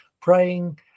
praying